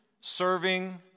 serving